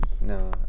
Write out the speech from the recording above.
No